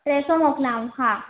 टे सौ मोकिलियांव हा